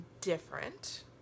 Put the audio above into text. different